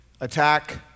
Attack